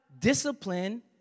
Discipline